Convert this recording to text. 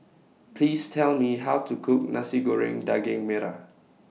Please Tell Me How to Cook Nasi Goreng Daging Merah